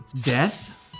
death